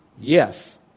Yes